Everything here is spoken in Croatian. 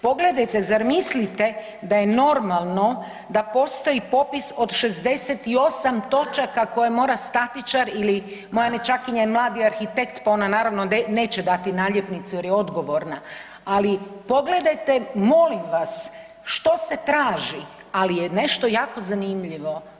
Pogledajte, zar mislite da je normalno da postoji popis od 68 točaka koje mora statičar ili moja nećakinja je mladi arhitekt, pa ona naravno neće dati naljepnicu jer je odgovorna, ali pogledajte molim vas što se traži, ali je nešto jako zanimljivo.